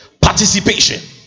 Participation